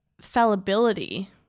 fallibility